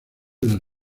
del